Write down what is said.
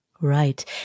Right